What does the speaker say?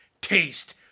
taste